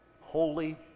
holy